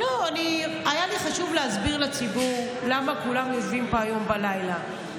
היה לי חשוב להסביר לציבור למה כולם יושבים פה היום בלילה.